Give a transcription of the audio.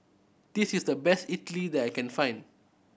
this is the best Idili that I can find